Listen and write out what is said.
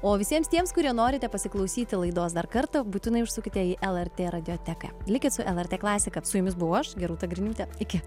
o visiems tiems kurie norite pasiklausyti laidos dar kartą būtinai užsukite į lrt radioteką likit su lrt klasika su jumis buvau aš gerūta griniūtė iki